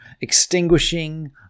extinguishing